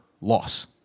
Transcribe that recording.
loss